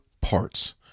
parts